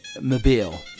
mobile